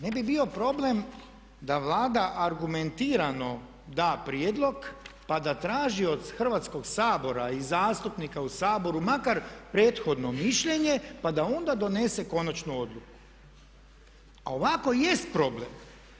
Ne bi bio problem da Vlada argumentirano da prijedlog pa da traži od Hrvatskog sabora i zastupnika u Saboru makar prethodno mišljenje pa da onda donese konačnu odluku a ovako jet problem.